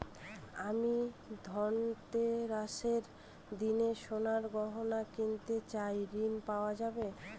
আমি ধনতেরাসের দিন সোনার গয়না কিনতে চাই ঝণ পাওয়া যাবে?